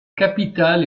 capitale